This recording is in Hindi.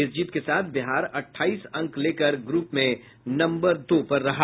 इस जीत के साथ बिहार अट्ठाईस अंक लेकर ग्रुप में नवम्बर दो पर रहा